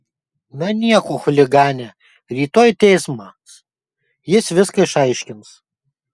na nieko chuligane rytoj teismas jis viską išaiškins